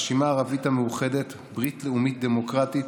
הרשימה הערבית המאוחדת ברית לאומית דמוקרטית,